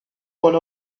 one